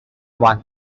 one